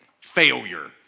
Failure